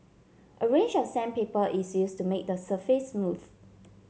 a range of sandpaper is used to make the surface smooth